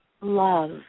love